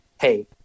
hey